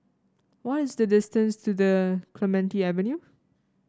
what is the distance to the Clementi Avenue